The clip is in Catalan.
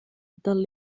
del